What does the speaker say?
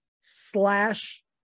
slash